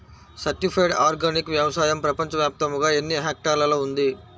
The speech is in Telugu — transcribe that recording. సర్టిఫైడ్ ఆర్గానిక్ వ్యవసాయం ప్రపంచ వ్యాప్తముగా ఎన్నిహెక్టర్లలో ఉంది?